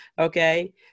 okay